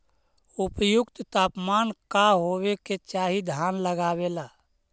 उपयुक्त तापमान का होबे के चाही धान लगावे ला?